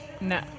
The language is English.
No